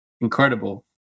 Incredible